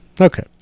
Okay